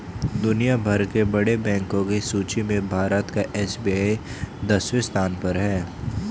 दुनिया भर के बड़े बैंको की सूची में भारत का एस.बी.आई दसवें स्थान पर है